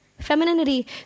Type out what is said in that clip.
femininity